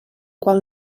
qual